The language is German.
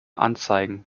anzeigen